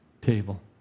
table